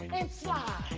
and slide.